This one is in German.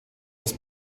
des